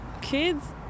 Kids